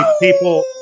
people